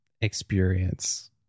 experience